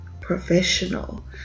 professional